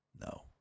No